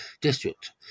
district